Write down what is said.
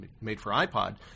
made-for-iPod